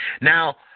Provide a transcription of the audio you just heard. Now